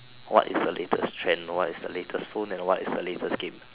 what is the latest trend what is the latest phone and what is the latest game